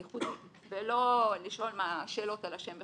ולא לשאול שאלות על השם וכו',